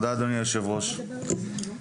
אני חייב לדבר, זה בוער בי.